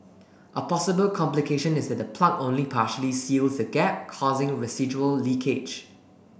a possible complication is that the plug only partially seals the gap causing residual leakage